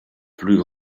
plus